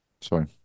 Sorry